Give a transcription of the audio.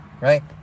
Right